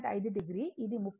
5 o ఇది 30